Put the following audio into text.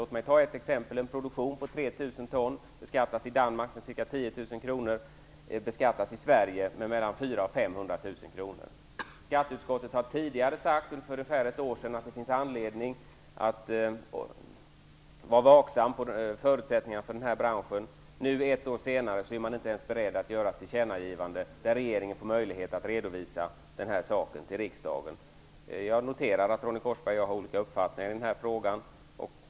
Låt mig ta ett exempel: En produktion på 3 000 ton beskattas i Danmark med ca 10 000 kr, och i Sverige med mellan 400 000 och 500 000 kr. Skatteutskottet sade för ungefär ett år sedan att det finns anledning att vara vaksam på förutsättningarna för denna bransch. Nu, ett år senare, är utskottet inte ens berett att göra ett tillkännagivande där regeringen får möjlighet att redovisa detta till riksdagen. Jag noterar att Ronny Korsberg och jag har olika uppfattningar i denna fråga.